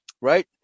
right